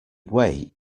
weigh